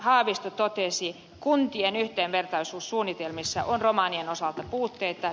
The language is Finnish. haavisto totesi kuntien yhdenvertaisuussuunnitelmissa on romanien osalta puutteita